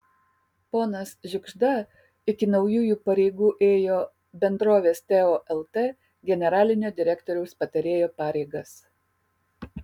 ponas žiugžda iki naujųjų pareigų ėjo bendrovės teo lt generalinio direktoriaus patarėjo pareigas